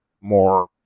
more